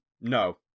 No